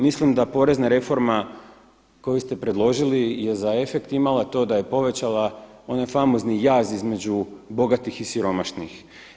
Mislim da porezna reforma koju ste predložili je za efekt imala to da je povećala onaj famozni jaz između bogatih i siromašnih.